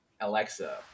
Alexa